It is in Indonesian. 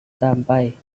sampai